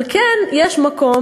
אבל כן יש מקום,